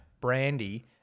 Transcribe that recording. Brandy